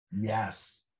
Yes